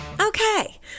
Okay